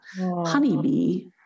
honeybee